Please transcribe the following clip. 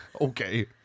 Okay